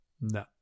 No